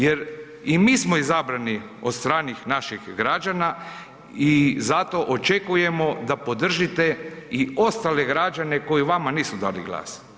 Jer i mi smo izabrani od strane naših građana i zato očekujemo da podržite i ostale građane koji vama nisu dali glas.